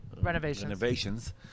renovations